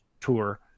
tour